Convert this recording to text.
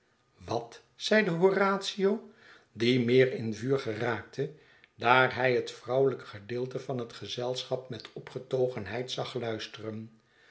wat zeide horatio die meer in vuur geraakte daar hij het vrouwelijk gedeelte van het gezelschap met opgetogenheid zag luisteren